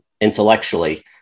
intellectually